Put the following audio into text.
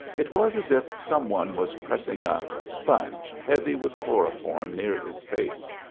it was as if some one was pressing a sponge heavy with chloroform near his face,